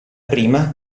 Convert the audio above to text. prima